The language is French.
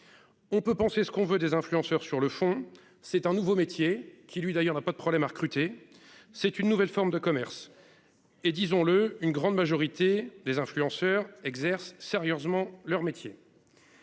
On peut penser ce qu'on veut des influenceurs sur le fond c'est un nouveau métier qui lui d'ailleurs n'a pas de problème à recruter. C'est une nouvelle forme de commerce. Et disons-le, une grande majorité des influenceurs exerce sérieusement leur métier.